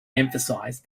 emphasized